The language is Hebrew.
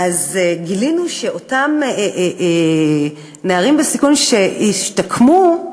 גילינו שאותם נערים בסיכון שהשתקמו,